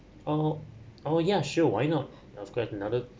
oh oh yeah sure why not I've got another